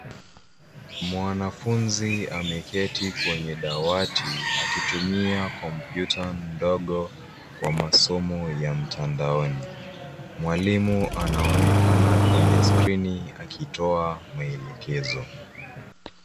Mwanafunzi ameketi kwenye dawati akitumia kompyuta ndogo kwa masomo ya mtandaoni. Mwalimu anaonekana kwenye skrini akitoa maelekezo.